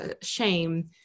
shame